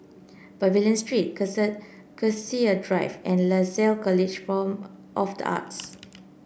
Pavilion Street Cassia Drive and Lasalle College of the Arts